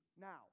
now